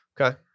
Okay